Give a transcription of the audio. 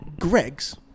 Greg's